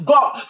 God